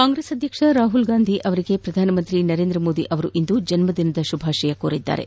ಕಾಂಗ್ರೆಸ್ ಅಧ್ಯಕ್ಷ ರಾಹುಲ್ ಗಾಂಧಿ ಅವರಿಗೆ ಪ್ರಧಾನ ಮಂತ್ರಿ ನರೇಂದ್ರ ಮೋದಿ ಜನ್ಮದಿನದ ಶುಭಾಶಯ ಕೋರಿದ್ದಾರೆ